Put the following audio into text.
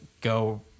go